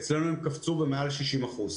אצלנו הם קפצו ביותר מ-60%.